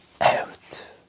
out